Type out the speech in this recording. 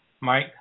Mike